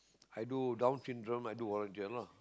i do down syndrome i do volunteer lah